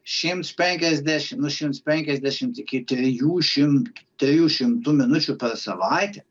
šimts penkiasdešimt nuo šimts penkiasdešimt iki trijų šimtų trijų šimtų minučių per savaitę